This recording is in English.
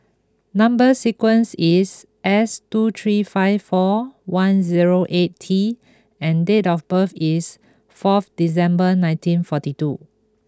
number sequence is S two three five four one zero eight T and date of birth is fourth December nineteen forty two